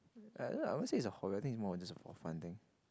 I wouldn't say it's a horder I think it's more of a just a for fun thing